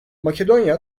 makedonya